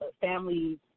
Families